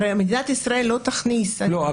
הרי מדינת ישראל לא תכניס --- לא,